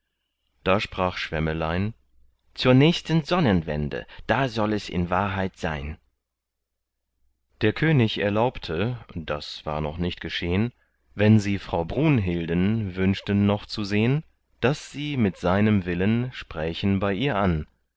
da sprach schwemmelein zur nächsten sonnenwende da soll es in wahrheit sein der könig erlaubte das war noch nicht geschehn wenn sie frau brunhilden wünschten noch zu sehn daß sie mit seinem willen sprächen bei ihr an